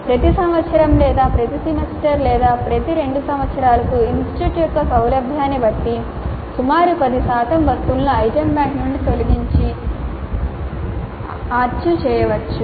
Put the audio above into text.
ప్రతి సంవత్సరం లేదా ప్రతి సెమిస్టర్ లేదా ప్రతి 2 సంవత్సరాలకు ఇన్స్టిట్యూట్ యొక్క సౌలభ్యాన్ని బట్టి సుమారు 10 శాతం వస్తువులను ఐటమ్ బ్యాంక్ నుండి తొలగించి ఆర్కైవ్ చేయవచ్చు